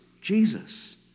Jesus